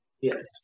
Yes